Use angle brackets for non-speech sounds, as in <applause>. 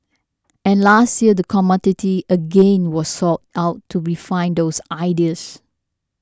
and last year the <unintelligible> again was sought out to refine those ideas